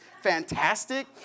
fantastic